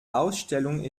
ausstellung